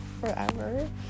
forever